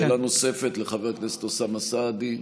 שאלה נוספת לחבר הכנסת אוסאמה סעדי.